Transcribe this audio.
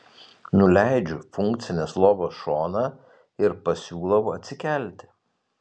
nuleidžiu funkcinės lovos šoną ir pasiūlau atsikelti